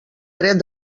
dret